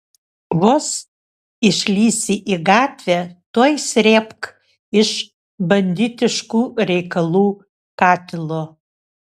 vos išlįsi į gatvę tuoj srėbk iš banditiškų reikalų katilo